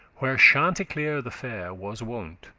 where chanticleer the fair was wont,